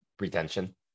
retention